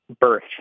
birth